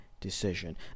decision